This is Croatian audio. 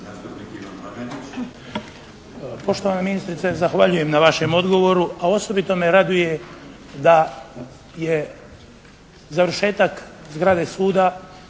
Hvala.